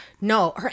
no